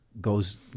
goes